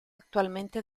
actualmente